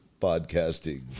podcasting